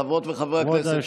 חברות וחברי הכנסת,